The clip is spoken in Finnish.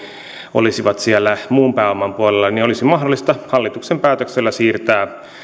olisivat siellä muun pääoman puolella olisi mahdollista hallituksen päätöksellä siirtää